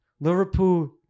Liverpool